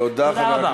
תודה רבה.